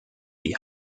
die